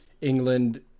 England